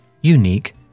unique